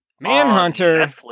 Manhunter